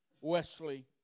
Wesley